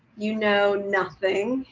you know nothing,